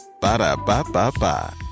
Ba-da-ba-ba-ba